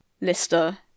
Lister